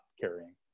carrying